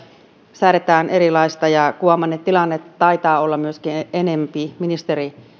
säädetään eri laissa ja kuvaamanne tilanne taitaa olla myöskin enempi ministeri